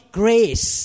grace